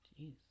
Jeez